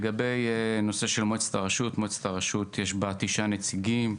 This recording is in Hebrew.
לגבי הנושא של מועצת הרשות במועצת הרשות יש תשעה נציגים,